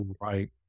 right